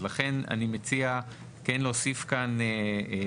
אז לכן אני מציע כן להוסיף כאן איזושהי